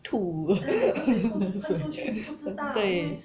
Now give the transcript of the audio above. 吐 水对